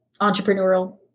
entrepreneurial